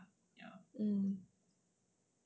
mm